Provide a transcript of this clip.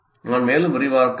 நான் மேலும் விரிவாக்க முடியும்